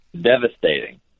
Devastating